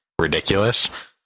ridiculous